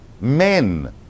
Men